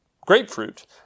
grapefruit